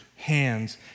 Hands